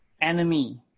enemy